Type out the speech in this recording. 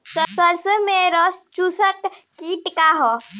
सरसो में रस चुसक किट का ह?